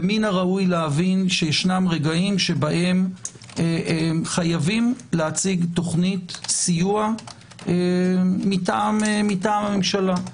ומן הראוי להבין שיש רגעים שבהם חייבים להציג תוכנית סיוע מטעם הממשלה.